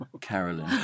Carolyn